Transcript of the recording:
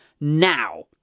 now